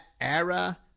era